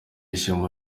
ishima